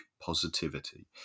Positivity